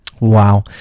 Wow